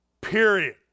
Period